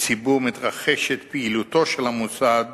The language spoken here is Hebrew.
בציבור מתרחשת פעילותו של המוסד